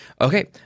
Okay